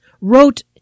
wrote